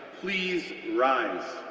please rise.